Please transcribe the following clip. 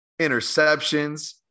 interceptions